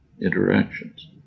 interactions